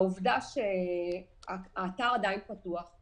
העובדה שהאתר עדיין פתוח,